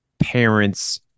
parents